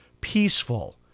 peaceful